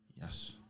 Yes